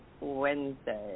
Wednesday